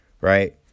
right